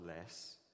less